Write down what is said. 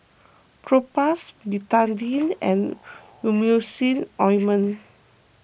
Propass Betadine and Emulsying Ointment